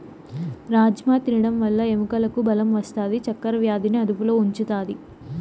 రాజ్మ తినడం వల్ల ఎముకలకు బలం వస్తాది, చక్కర వ్యాధిని అదుపులో ఉంచుతాది